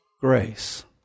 grace